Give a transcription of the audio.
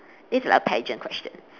this is like a pageant question